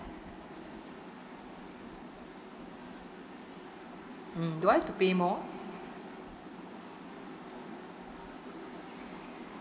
mm do I have to pay more